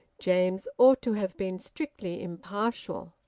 james ought to have been strictly impartial.